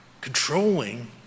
controlling